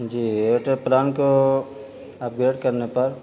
جی Airtel plan کو upgrade کرنے پر